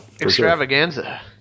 Extravaganza